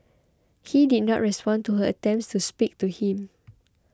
he did not respond to her attempts to speak to him